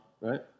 right